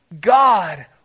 God